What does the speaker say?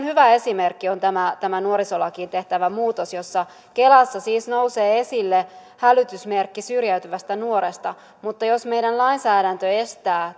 hyvä esimerkki on nuorisolakiin tehtävä muutos jossa kelassa siis nousee esille hälytysmerkki syrjäytyvästä nuoresta mutta jos meidän lainsäädäntömme estää